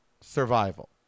survival